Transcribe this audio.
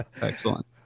Excellent